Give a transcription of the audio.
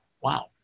Wow